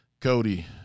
cody